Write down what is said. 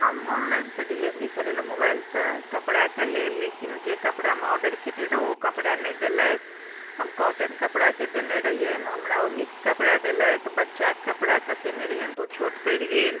हम ऑनलाइनसँ डिलिवरी करेलहुँ मोबाइलसँ कपड़ाके लेल लेकिन जे कपड़ा हम ऑर्डर कयने रहौँ ओ कपड़ा नहि देलथि हम कॉटन कपड़ाके देने रहियैन हमरा ओ मिक्स कपड़ा देलथि बच्चाके कपड़ाके कयने रहियैन तऽ ओ छोट पड़ि गेल